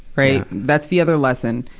right? that's the other lesson.